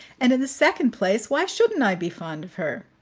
and, in the second place, why shouldn't i be fond of her?